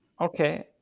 okay